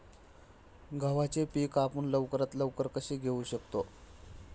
गव्हाचे पीक आपण लवकरात लवकर कसे घेऊ शकतो?